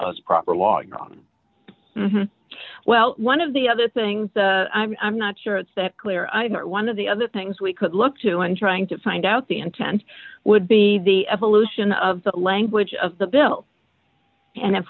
a proper log on well one of the other things i'm not sure it's that clear either one of the other things we could look to in trying to find out the intent would be the evolution of the language of the bill and if